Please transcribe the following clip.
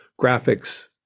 graphics